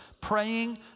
Praying